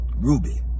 Ruby